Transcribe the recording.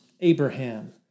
Abraham